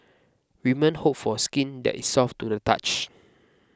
women hope for skin that is soft to the touch